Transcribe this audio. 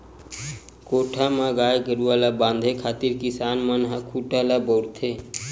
कोठा म गाय गरुवा ल बांधे खातिर किसान मन ह खूटा ल बउरथे